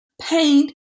paint